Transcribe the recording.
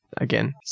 again